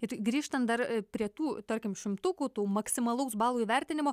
ir grįžtant dar prie tų tarkim šimtukų tų maksimalaus balų įvertinimo